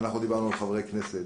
דיברנו על חברי כנסת,